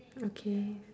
okay